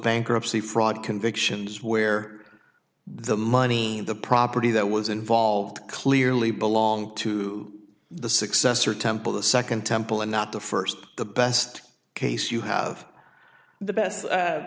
bankruptcy fraud convictions where the money and the property that was involved clearly belong to the successor temple the second temple and not the first the best case you have the best